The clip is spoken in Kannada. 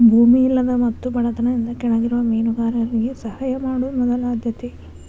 ಭೂಮಿ ಇಲ್ಲದ ಮತ್ತು ಬಡತನದಿಂದ ಕೆಳಗಿರುವ ಮೇನುಗಾರರಿಗೆ ಸಹಾಯ ಮಾಡುದ ಮೊದಲ ಆದ್ಯತೆ